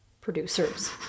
producers